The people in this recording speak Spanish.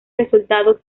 resultados